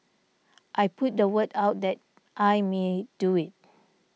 I put the word out that I may do it